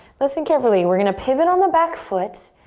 listen carefully. we're gonna pivot on the back foot.